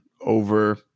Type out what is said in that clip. over